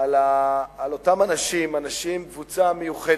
על אותם אנשים, קבוצה מיוחדת,